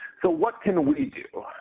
so what can we do?